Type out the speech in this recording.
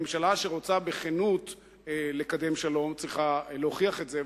ממשלה שרוצה בכנות לקדם שלום צריכה להוכיח את זה,